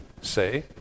say